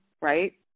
right